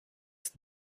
ist